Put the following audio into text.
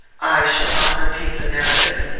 i shall not repeat the narrative.